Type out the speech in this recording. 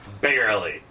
Barely